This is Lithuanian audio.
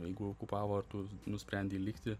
jeigu okupavo ir tu nusprendei likti